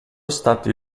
stati